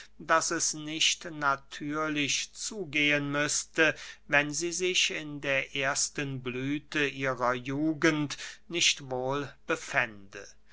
daß es nicht natürlich zugehen müßte wenn sie sich in der ersten blüthe ihrer jugend nicht wohl befände